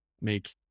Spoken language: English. make